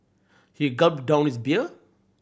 he gulped down his beer